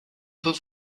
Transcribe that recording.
peut